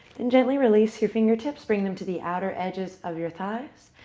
then gently release your fingertips. bring them to the outer edges of your thighs.